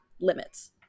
limits